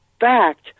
fact